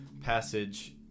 passage